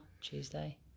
Tuesday